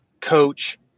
coach